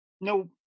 No